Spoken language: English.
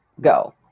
go